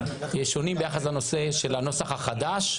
שונים ביחס לנושא שבנוסח החדש.